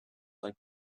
like